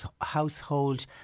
household